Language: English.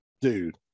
Dude